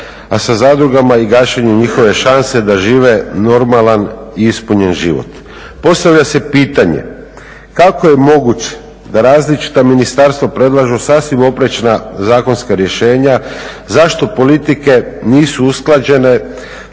a sa zadrugama i gašenju njihove šanse da žive normalan i ispunjen život. Postavlja se pitanje, kako je moguće da različita ministarstva predlažu sasvim oprečna zakonska rješenja, zašto politike nisu usklađene,